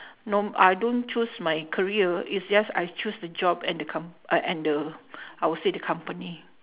no I don't choose my career it's just I choose the job and the com~ ah and the I would say the company